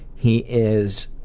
he is